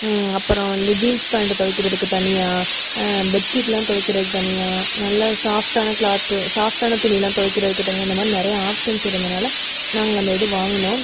அப்புறம் வந்து jeans pant துவைக்கறதுக்கு தனியாக பெட்ஷீட்லாம் துவைக்கறது தனியாக நல்ல சாஃப்ட்டான க்ளாத் சாஃப்ட்டான துணிலாம் துவைக்கறதுக்கு தனியாக இந்த மாதிரி நெறைய ஆப்ஷன்ஸ் இருந்தனால் நாங்கள் இந்த இது வாங்கினோம்